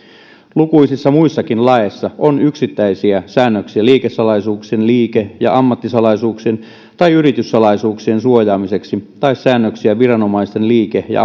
lukuisissa muissakin laeissa on yksittäisiä säännöksiä liikesalaisuuksien ammattisalaisuuksien tai yrityssalaisuuksien suojaamiseksi tai säännöksiä viranomaisten liike ja